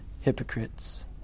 hypocrites